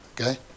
Okay